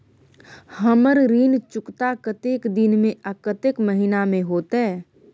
हमर ऋण चुकता कतेक दिन में आ कतेक महीना में होतै?